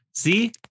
See